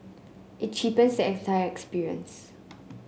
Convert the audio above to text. it cheapens the entire experience